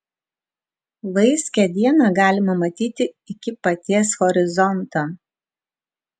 vaiskią dieną galima matyti iki paties horizonto